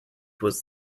was